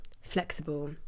flexible